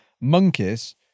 monkeys